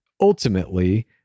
ultimately